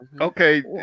okay